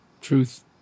Truth